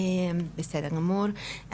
בסדר גמור,